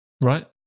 Right